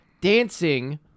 dancing